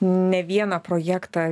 ne vieną projektą